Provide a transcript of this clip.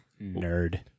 Nerd